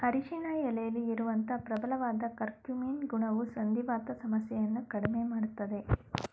ಅರಿಶಿನ ಎಲೆಲಿ ಇರುವಂತ ಪ್ರಬಲವಾದ ಕರ್ಕ್ಯೂಮಿನ್ ಗುಣವು ಸಂಧಿವಾತ ಸಮಸ್ಯೆಯನ್ನ ಕಡ್ಮೆ ಮಾಡ್ತದೆ